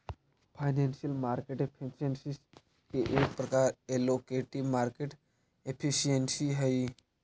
financial market efficiency के एक प्रकार एलोकेटिव मार्केट एफिशिएंसी हई